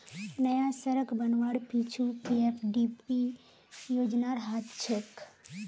नया सड़क बनवार पीछू पीएफडीपी योजनार हाथ छेक